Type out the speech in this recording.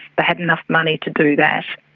had enough money to do that.